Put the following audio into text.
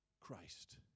Christ